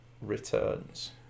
Returns